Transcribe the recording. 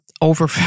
over